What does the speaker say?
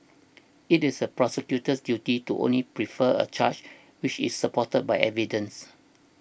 it is the prosecutor's duty to only prefer a charge which is supported by evidence